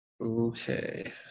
Okay